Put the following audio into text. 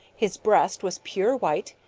his breast was pure white,